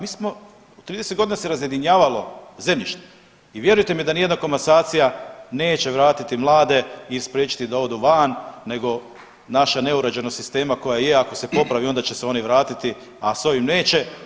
Mi smo 30 godina razjedinjavalo zemljište i vjerujte mi da nijedna komasacija neće vratiti mlade i spriječiti da odu van nego naša neuređenost sistema koja je ako se popravi onda će se oni vratiti, a s ovim neće.